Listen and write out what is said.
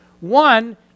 One